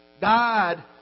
God